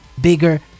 bigger